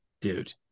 dude